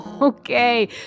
Okay